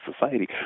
society